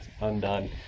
undone